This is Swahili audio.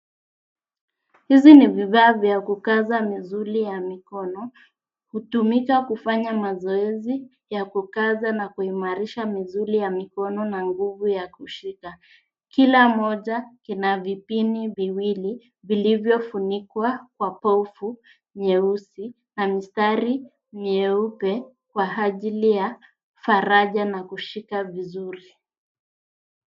Hizi ni bidhaa vya kukaza misuli ya mikono, hutumika kufanya mazoezi ya kukaza na kuimarisha misuli ya mikono na nguvu ya kushika. Kila moja kina vipini viwili vilivyofunikwa kwa kovu nyeusi na mistari mieupe kwa ajili ya faraja na kushika vizuri.